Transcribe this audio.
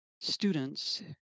students